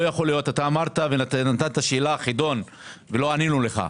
נתת חידון ולא ענינו לך.